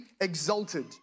exalted